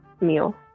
meal